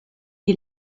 die